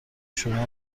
شما